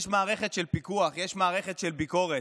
יש מערכת של פיקוח, יש מערכת של ביקורת.